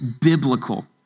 biblical